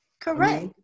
Correct